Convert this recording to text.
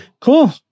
Cool